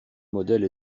modèle